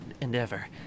endeavor